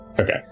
Okay